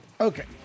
Okay